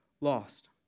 lost